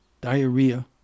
diarrhea